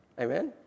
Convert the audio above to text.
Amen